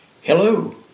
Hello